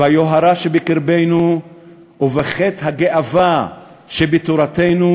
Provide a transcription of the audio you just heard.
ביוהרה שבקרבנו ובחטא הגאווה שבתורתנו,